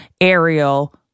ariel